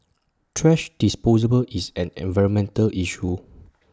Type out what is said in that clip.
thrash disposal ball is an environmental issue